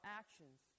actions